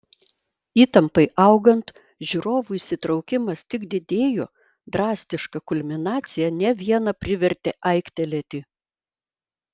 įtampai augant žiūrovų įsitraukimas tik didėjo drastiška kulminacija ne vieną privertė aiktelėti